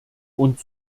und